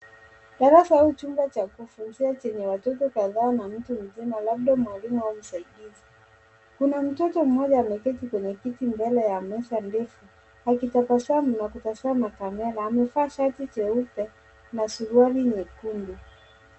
Darasa au chumba cha kufunzia chenye watoto kadhaa na mtu mzima labda mwalimu au msaidizi . Kuna mtoto mmoja ameketi kwenye kiti mbele ya meza ndefu akitabasamu na kutazama kamera. Amevaa shati jeupe na suruali nyekundu.